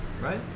right